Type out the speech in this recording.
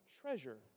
treasure